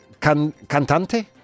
cantante